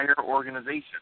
organization